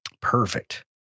Perfect